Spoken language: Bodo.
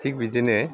थिख बिदिनो